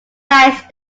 nice